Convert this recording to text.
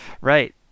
Right